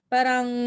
Parang